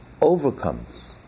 overcomes